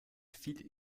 viel